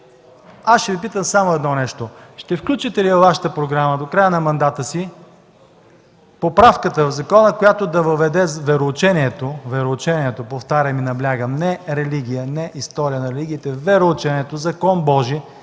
Аз ще Ви питам само едно нещо: ще включите ли във Вашата програма до края на мандата си поправката в закона, която да въведе вероучението, вероучението – повтарям и наблягам – не религия, не история на религиите, вероучението – Закон Божи,